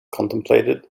contemplated